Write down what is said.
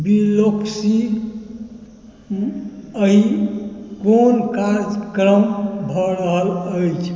Biloxi मे ई कोन कार्यक्रम भऽ रहल अछि